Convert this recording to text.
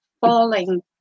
falling